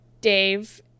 Dave